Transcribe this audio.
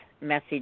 message